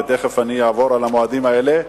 ותיכף אני אעבור על המועדים האלה,